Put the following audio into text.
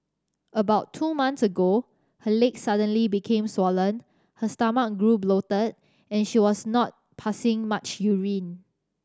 about two months ago her leg suddenly became swollen her stomach grew bloated and she was not passing much urine